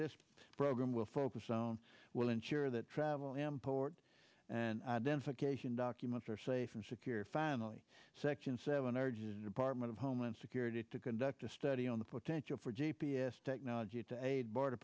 technology program will focus on will ensure that travel import and identification documents are safe and secure finally section seven urges department of homeland security to conduct a study on the potential for g p s technology to aid border